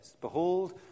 Behold